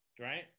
right